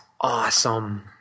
awesome